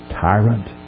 tyrant